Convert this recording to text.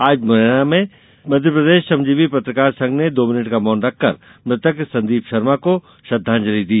आज मुरैना में मध्यप्रदेश श्रमजीवी पत्रकार संघ ने दो मिनट का मौन रखकर मृतक संदीप शर्मा को श्रद्वांजलि दी